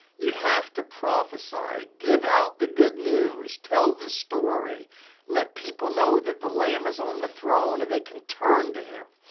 you have to prophesy, give out the good news. tell the story let people know that the lamb is on the throne, and they can turn to him.